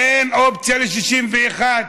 אין אופציה ל-61,